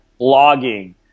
blogging